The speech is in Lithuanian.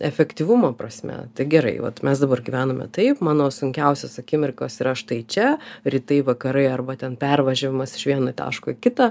efektyvumo prasme tai gerai vat mes dabar gyvename taip mano sunkiausios akimirkos yra štai čia rytai vakarai arba ten pervažiavimas iš vieno taško į kitą